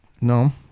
no